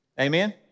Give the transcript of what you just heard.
Amen